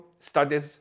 studies